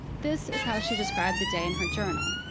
this is how she described the day in her journal,